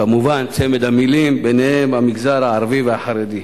כמובן, צמד המלים, ביניהם המגזר הערבי והחרדי,